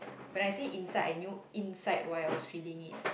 when I say inside I knew inside while I was feeling it